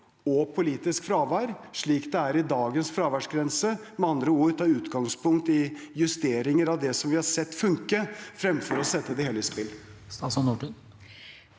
og politisk fravær, slik det er i dagens fraværsgrense – med andre ord ta utgangspunkt i justeringer av det vi har sett funke, fremfor å sette det hele i spill?